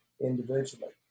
individually